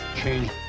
change